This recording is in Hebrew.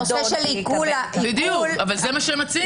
הנושא של עיקול --- זה מה שהם מציעים.